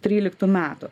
tryliktų metų